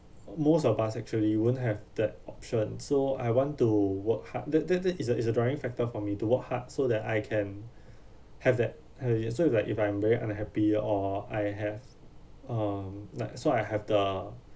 most of us actually won't have that option so I want to work hard that that that is the is the driving factor for me to work hard so that I can have that have that so it's like if I'm very unhappy or I have um not so I have the